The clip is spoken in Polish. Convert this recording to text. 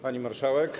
Pani Marszałek!